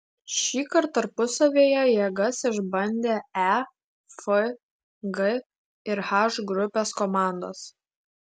šįkart tarpusavyje jėgas išbandė e f g ir h grupės komandos